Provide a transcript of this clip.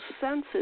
senses